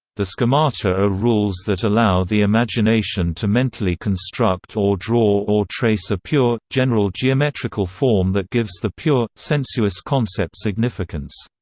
the schemata are rules that allow the imagination to mentally construct or draw or trace a pure, general geometrical form that gives the pure, sensuous concept significance,